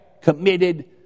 committed